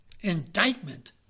indictment